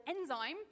enzyme